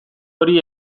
hori